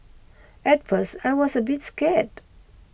at first I was a bit scared